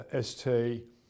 ST